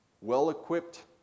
well-equipped